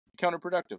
counterproductive